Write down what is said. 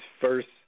first